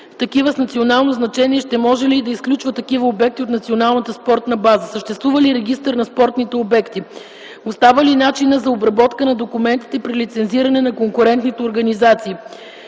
такива с национално значение, ще може ли и да изключва такива обекти от националната спортна база? Съществува ли регистър на спортните обекти? Остава ли начинът за обработка на документите при лицензиране на конкурентните организации?